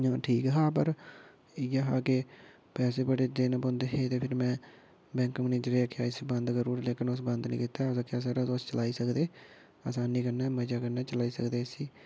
नेईं ठीक हा पर इ'यै हा कि पैसे बड़े देने पौंदे हे ते फिर में बैंक मैनेजरे ई आखेआ की इसी बंद करूड़ लेकिन उस बंद निं कीता ऐ उस आखेआ सर तुस चलाई सकदे असानी कन्नै मजै कन्नै चलाई सकदे इसी